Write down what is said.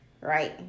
right